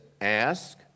ask